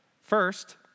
First